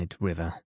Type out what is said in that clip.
River